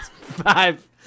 Five